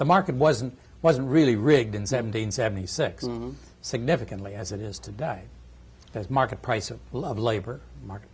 the market wasn't wasn't really rigged in seventeen seventy six significantly as it is today as market prices will of labor market